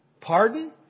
Pardon